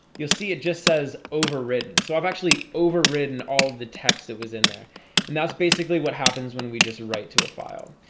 you'll see it just says overridden so i've actually overridden all the text that was in there and that's basically what happens when we just write to a file.